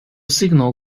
signal